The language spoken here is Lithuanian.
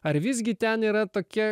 ar visgi ten yra tokia